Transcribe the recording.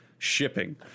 Shipping